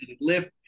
lift